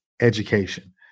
education